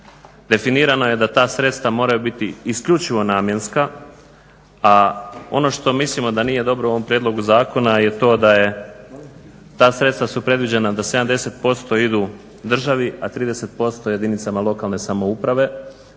Definirano je da sredstva moraju biti isključivo namjenska, a ono što mislimo da nije dobro u ovom prijedlogu zakona je to da ta sredstva su predviđena da 70% idu državi, a 30% jedinicama lokalne samouprave